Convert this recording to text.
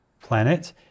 planet